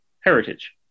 heritage